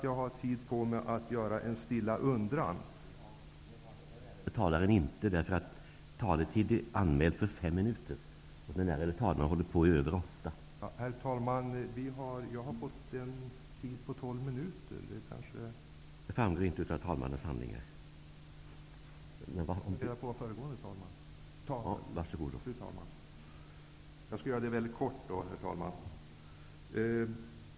Jag vill till sist framföra en stilla undran.